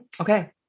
Okay